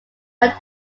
went